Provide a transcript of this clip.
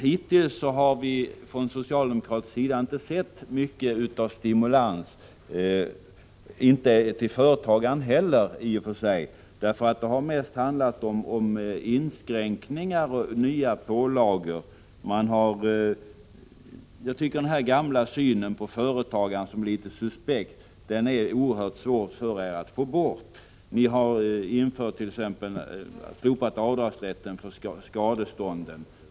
Hittills har vi inte sett så mycket från socialdemokratisk sida av stimulans — i och för sig inte till företagaren heller. Det har mest handlat om inskränkningar och nya pålagor. Den gamla synen på företagaren som litet suspekt har ni tydligen oerhört svårt att få bort. Ni har t.ex. slopat rätten till avdrag för skadestånd.